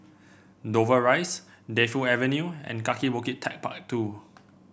Dover Rise Defu Avenue and Kaki Bukit TechparK Two